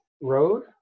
road